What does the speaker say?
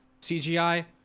cgi